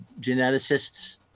geneticists